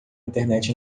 internet